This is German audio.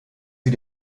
sie